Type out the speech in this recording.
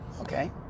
Okay